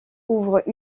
ouvre